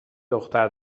دختر